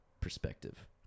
perspective